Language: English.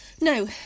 No